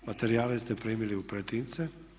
Materijale ste primili u pretince.